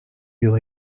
yıl